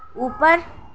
اوپر